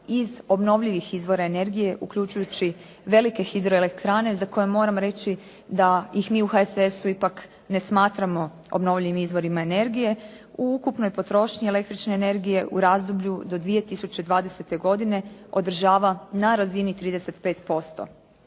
iz obnovljivih izvora energije, uključujući velike hidroelektrane, za koje moram reći da ih mi u HSS-u ipak ne smatramo obnovljivim izvorima energije, u ukupnoj potrošnji električne energije u razdoblju do 2020. godine održava na razini 35%.